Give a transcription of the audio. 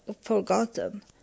forgotten